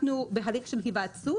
אנחנו בהליך של היוועצות